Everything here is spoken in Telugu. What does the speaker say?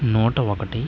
నూట ఒకటి